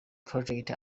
projects